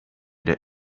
data